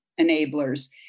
enablers